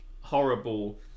horrible